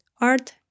art